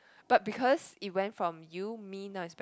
but because it went from you me now is back